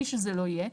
מי שזה לא יהיה,